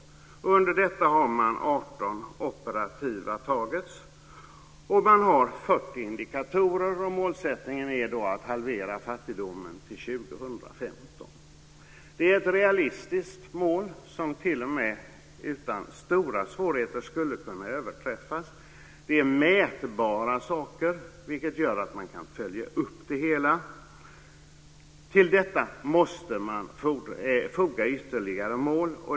Under dessa mål har 18 operativa mål antagits, och man har 40 indikatorer. Målsättningen är att halvera fattigdomen till år 2015. Det är ett realistiskt mål som t.o.m. utan stora svårigheter skulle kunna överträffas. Det är mätbara saker, vilket gör att man kan följa upp det hela. Till detta måste man foga ytterligare mål.